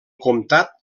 comtat